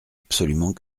absolument